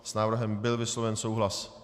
S návrhem byl vysloven souhlas.